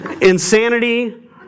insanity